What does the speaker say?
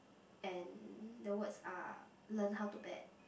and the words are learn how to bat